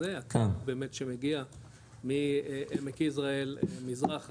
באמת שמגיע מעמק יזרעאל מזרחה,